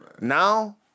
Now